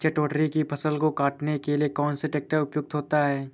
चटवटरी की फसल को काटने के लिए कौन सा ट्रैक्टर उपयुक्त होता है?